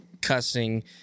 cussing